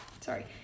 Sorry